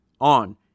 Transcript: on